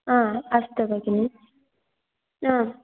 आ अस्तु भगिनि आम्